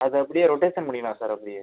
அதை அப்புடியே ரொடேஷன் பண்ணிக்கலாம் சார் அப்படியே